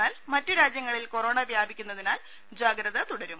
എന്നാൽ മറ്റ് രാജ്യങ്ങളിൽ കൊറോണ വ്യാപിക്കു ന്നതിനാൽ ജാഗ്രത തുടരും